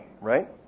right